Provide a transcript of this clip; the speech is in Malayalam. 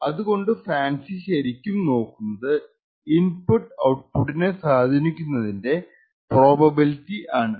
അതുകൊണ്ടു ഫാൻസി ശരിക്കും നോക്കുന്നത് ഇൻപുട്ട്എ ഔട്പുട്ടിനെ സ്വാധീനിക്കുന്നതിന്റെ പ്രോബബിലിറ്റി ആണ്